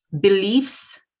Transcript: beliefs